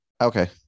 Okay